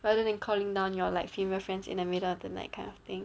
rather than calling down your like female friends in the middle of the night kind of thing